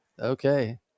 Okay